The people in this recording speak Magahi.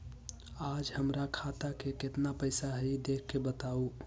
आज हमरा खाता में केतना पैसा हई देख के बताउ?